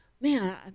man